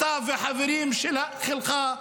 אתה והחברים שלך,